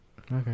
Okay